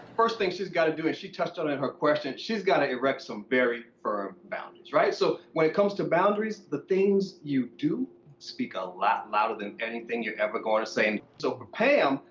first thing she's gotta do is she touched on in her question, she's got to erect some very firm boundaries, right? so when it comes to boundaries, the things you do speak a lot louder than anything you're ever gonna say. so for pam,